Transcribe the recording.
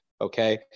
Okay